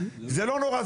זה לא נורא,